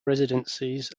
residencies